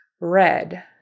red